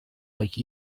like